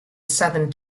southern